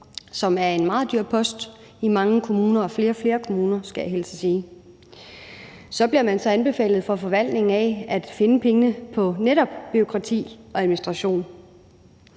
som er en meget dyr post i mange kommuner og i flere og flere kommuner, skal jeg hilse og sige. Dernæst bliver man så af forvaltningen anbefalet at finde pengene på netop bureaukrati og administration.